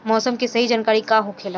मौसम के सही जानकारी का होखेला?